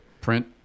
print